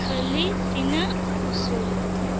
ᱠᱷᱟᱹᱞᱤ ᱛᱤᱱᱟᱹᱜ ᱩᱥᱩᱞ